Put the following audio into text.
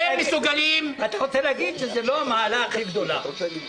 אתם מסוגלים --- אתה רוצה להגיד שזו לא המעלה הכי גדולה,